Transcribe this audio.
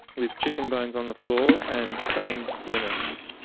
with chicken bones on the floor and stained linens.